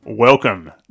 Welcome